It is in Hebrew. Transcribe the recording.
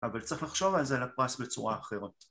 ‫אבל צריך לחשוב על זה ‫לפרס בצורה אחרת.